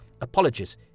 Apologies